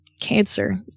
cancer